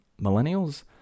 Millennials